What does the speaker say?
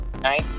nice